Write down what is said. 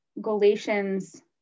galatians